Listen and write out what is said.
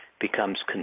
becomes